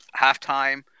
halftime